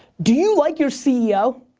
do you like your ceo?